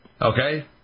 Okay